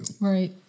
Right